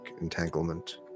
entanglement